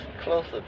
closer